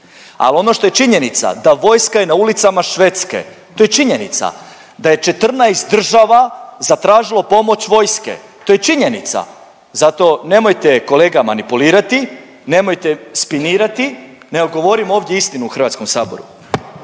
Al ono što je činjenica da vojska je na ulicama Švedske, to je činjenica, da je 14 država zatražilo povijest vojske, to je činjenica, zato nemojte kolega manipulirati, nemojte spinirati, nego govorimo ovdje istinu u HS.